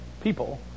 people